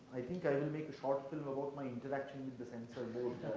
i think i will make a short film about my interaction with the censor board.